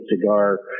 cigar